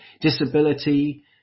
disability